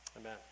Amen